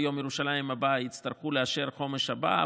ביום ירושלים הבא יצטרכו לאשר את החומש הבא,